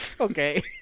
Okay